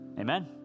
Amen